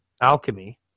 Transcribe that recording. alchemy